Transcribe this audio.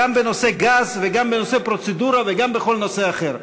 גם בנושא הגז וגם בנושא של פרוצדורה וגם בכל נושא אחר.